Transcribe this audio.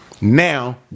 Now